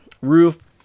roof